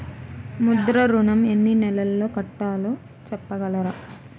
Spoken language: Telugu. ముద్ర ఋణం ఎన్ని నెలల్లో కట్టలో చెప్పగలరా?